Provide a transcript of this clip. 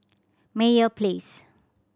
Meyer Place